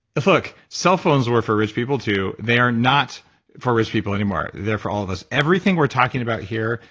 ah look, cell phones were for rich people too. they are not for rich people anymore, they're for all of us. everything we're talking about here,